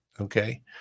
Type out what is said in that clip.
okay